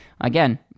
again